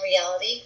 reality